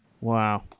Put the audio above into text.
wow